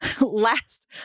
Last